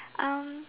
um